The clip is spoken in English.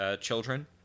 children